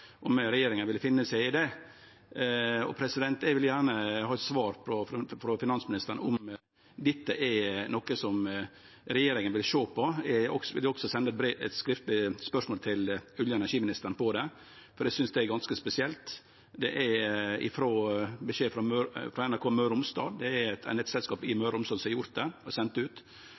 om regjeringa ville finne seg i det. Eg vil gjerne ha eit svar frå finansministeren på om dette er noko regjeringa vil sjå på. Eg vil også sende eit skriftleg spørsmål til olje- og energiministeren om det, for eg synest det er ganske spesielt. Det er NRK Møre og Romsdal som melder at eit nettselskap i Møre og Romsdal har sendt det ut. Eg synest det er veldig spesielt at det blir sendt ut